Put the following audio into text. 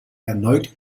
erneut